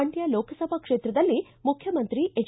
ಮಂಡ್ಕ ಲೋಕಸಭಾ ಕ್ಷೇತ್ರದಲ್ಲಿ ಮುಖ್ಯಮಂತ್ರಿ ಎಚ್